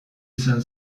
izan